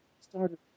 started